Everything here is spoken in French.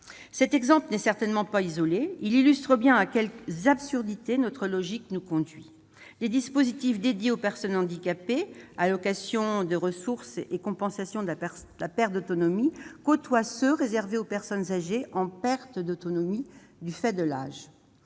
Cet exemple n'est certainement pas isolé ; il illustre bien à quelles absurdités notre logique actuelle conduit. Des dispositifs dédiés aux personnes handicapées- allocation de ressources et compensation de la perte d'autonomie - côtoient ceux réservés aux personnes âgées en perte d'autonomie du fait de l'âge.